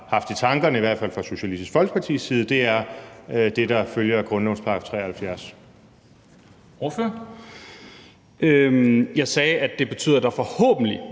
haft i tankerne, i hvert fald fra Socialistisk Folkepartis side, er det, der følger af grundlovens § 73.